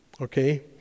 Okay